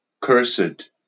Cursed